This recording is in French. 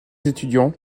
étudiants